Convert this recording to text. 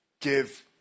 give